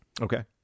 Okay